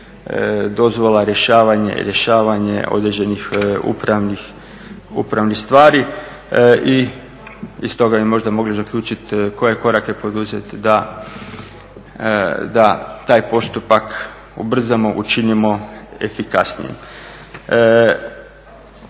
dozvola, rješavanje određenih upravnih stvari i iz toga bi možda mogli zaključiti koje korake poduzeti da taj postupak ubrzano, učinimo efikasnijim.